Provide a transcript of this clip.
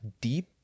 deep